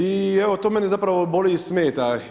I evo to mene zapravo boli i smeta.